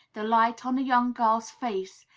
the light on a young girl's face,